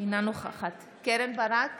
אינה נוכחת קרן ברק,